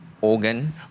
organ